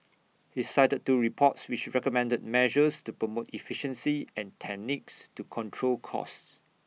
he cited two reports which recommended measures to promote efficiency and techniques to control costs